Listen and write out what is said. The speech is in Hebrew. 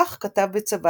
וכך כתב בצוואתו